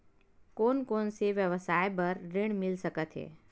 कोन कोन से व्यवसाय बर ऋण मिल सकथे?